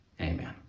Amen